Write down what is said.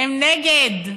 הם נגד.